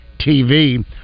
TV